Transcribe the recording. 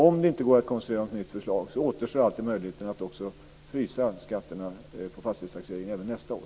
Om det inte går att konstruera något nytt förslag återstår alltid möjligheten att frysa skatterna på fastigheter även nästa år.